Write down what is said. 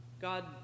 God